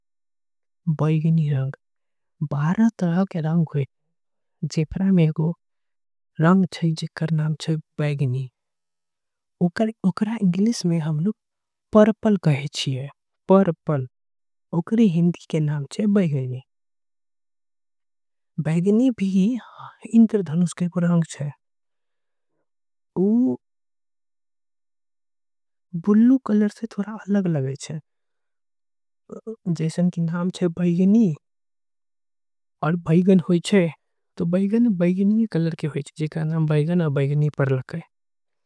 बैंगनी ओकरा के इंग्लिश में हम परपल। कहे बीया बैंगनी भी इन्द्रधनुष के रंग। छीये ऊ बुलू कलर से थोड़ा अलग छीये। त बैगन बैंगनी कलर के होय छीये।